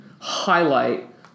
highlight